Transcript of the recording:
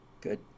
Good